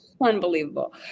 unbelievable